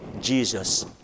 Jesus